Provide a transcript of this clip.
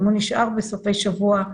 אם הוא נשאר בסופי שבוע,